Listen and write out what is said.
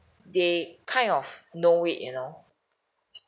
they kind of know it you know